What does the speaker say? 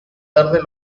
tarde